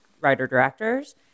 writer-directors